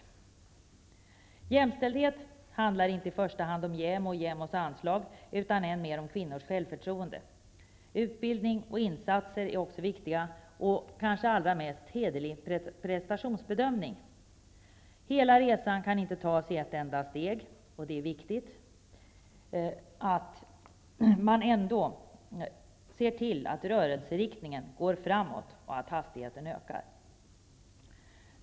Men jämställdhet handlar inte i första hand om JämO och JämO:s anslag, utan kvinnors självförtroende, utbildning och insatser är också viktiga ting, och inte minst hederlig prestationsbedömning. Hela resan kan inte tas i ett enda steg. Men, och det är viktigt, rörelseriktningen måste gå framåt och hastigheten måste öka.